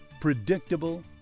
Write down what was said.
Predictable